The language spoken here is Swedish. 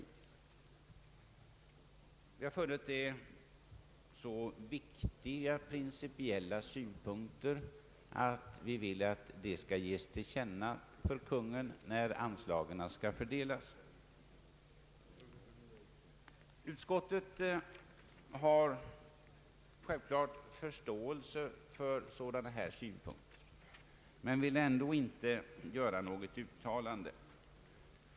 Vi har funnit dessa principiella synpunkter så viktiga att vi har velat att de skall ges till känna för Konungen när anslagen skall fördelas. Utskottet hyser självklart förståelse för sådana här synpunkter men vill ändå inte göra något uttalande.